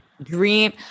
dream